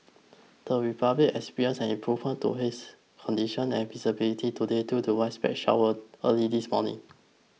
the Republic experienced an improvement to haze conditions and visibility today due to widespread showers early this morning